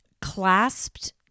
clasped